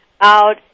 out